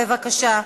בבקשה,